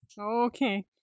Okay